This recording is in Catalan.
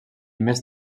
més